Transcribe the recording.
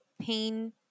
pain